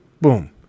Boom